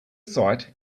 sight